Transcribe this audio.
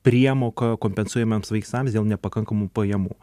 priemoką kompensuojamiems vaistams dėl nepakankamų pajamų